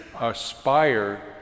aspire